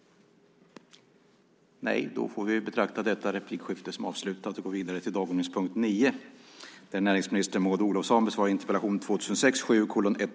Talmannen konstaterade att interpellanten inte var närvarande i kammaren och förklarade överläggningen avslutad.